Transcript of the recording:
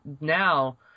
now